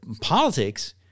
Politics